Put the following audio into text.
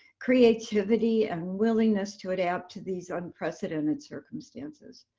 creativity, and willingness to adapt to these unprecedented circumstances.